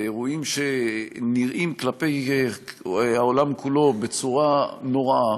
אירועים שנראים כלפי העולם כולו בצורה נוראה,